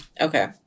Okay